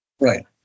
Right